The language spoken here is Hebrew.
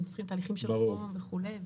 הם צריכים תהליכים של חום וכו'.